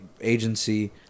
agency